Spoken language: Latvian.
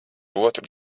otru